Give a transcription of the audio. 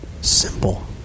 simple